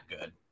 good